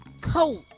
coat